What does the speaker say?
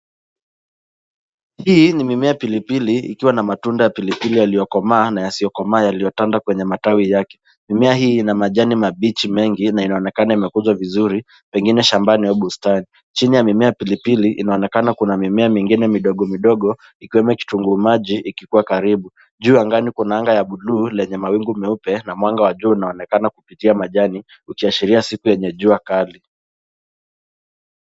Hii ni mimea pilipili, ikiwa na matunda ya pilipili yaliyokomaa, na yasiokomaa, yaliotanda kwenye matawi yake. Mimea hii ina majani mabichi mengi, na inaonekana imekuzwa vizuri, pengine shambani, au bustani. Chini ya mimea ya pilipili, inaonekana kuna mimea midogo midogo, ikiwemo kitunguu maji, ikikuwa karibu. Juu angani kuna anga ya bluu, lenye mawingu mweupe, na mwanga wa jua unaonekana kupitia majani, ukiashiria siku yenye jua kali.